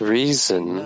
reason